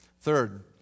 Third